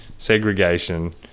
segregation